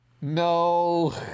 No